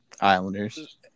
Islanders